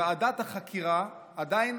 שוועדת החקירה עדיין